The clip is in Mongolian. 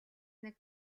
нэг